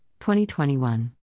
2021